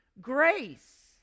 grace